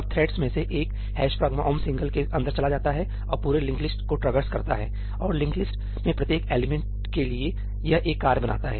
अब थ्रेड्स में से एक ' pragma omp single' के अंदर चला जाता है और पूरे लिंक्ड लिस्ट को ट्रैवर्सकरता है और लिंक्ड लिस्ट में प्रत्येक एलिमेंट के लिए यह एक कार्य बनाता है